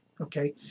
okay